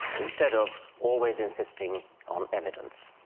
instead of always insisting on evidence.